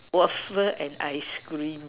waffle and ice cream